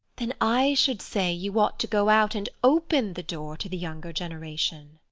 then i should say you ought to go out and open the door to the younger generation.